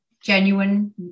genuine